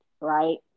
right